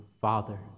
Father